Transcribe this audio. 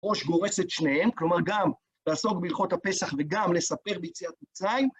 ראש גורס את שניהם, כלומר, גם לעסוק בהילכות הפסח וגם לספר ביציאת מצרים.